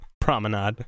promenade